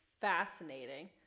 fascinating